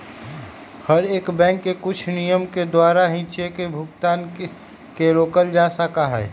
हर एक बैंक के कुछ नियम के द्वारा ही चेक भुगतान के रोकल जा सका हई